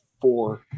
four